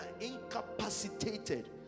incapacitated